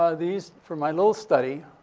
ah these for my little study.